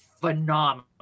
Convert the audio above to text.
phenomenal